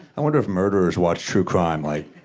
i wonder if murderers watch true crime like,